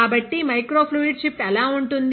కాబట్టి micro fluid chip ఎలా ఉంటుంది